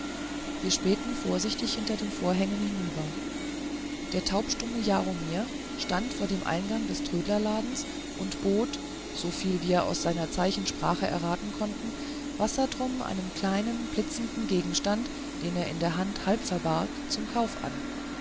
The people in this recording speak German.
wir spähten vorsichtig hinter den vorhängen hinunter der taubstumme jaromir stand vor dem eingang des trödlerladens und bot soviel wir aus seiner zeichensprache erraten konnten wassertrum einen kleinen blitzenden gegenstand den er in der hand halb verbarg zum kauf an